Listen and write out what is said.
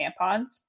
tampons